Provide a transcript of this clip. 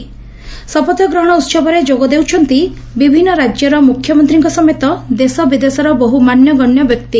ଶପଥ ଗ୍ରହଣ ଉହବରେ ଯୋଗଦେଉଛନ୍ତି ବିଭିନ୍ ରାକ୍ୟର ମୁଖ୍ୟମନ୍ତୀଙ୍କ ସମେତ ଦେଶ ବିଦେଶର ବହୁ ମାନ୍ୟଗଣ୍ୟ ବ୍ୟକ୍ତି